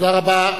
תודה רבה.